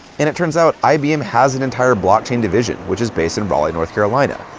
and it turns out ibm has an entire blockchain division which is based in raleigh, north carolina.